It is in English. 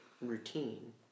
routine